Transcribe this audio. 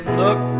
look